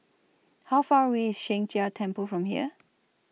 How Far away IS Sheng Jia Temple from here